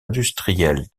industrielle